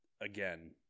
Again